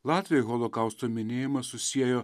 latvijoj holokausto minėjimą susiejo